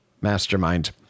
mastermind